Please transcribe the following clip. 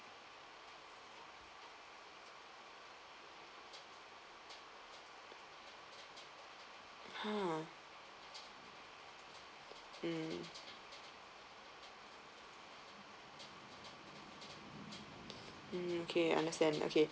!huh! mm mm okay understand okay